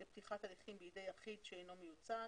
ופתיחת הליכים בידי יחיד שאינו מיוצג.